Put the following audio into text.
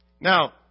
Now